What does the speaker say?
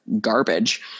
garbage